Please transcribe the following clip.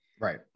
Right